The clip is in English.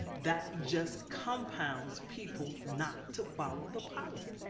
that just compounds people not to follow the policy.